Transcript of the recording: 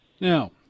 Now